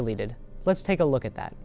deleted let's take a look at that